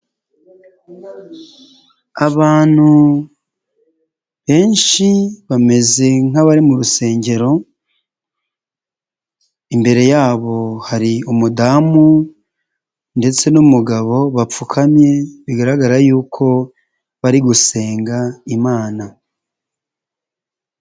Abantu benshi bameze nk'abari mu rusengero, imbere yabo hari umudamu ndetse n'umugabo bapfukamye bigaragara yuko bari gusenga imana.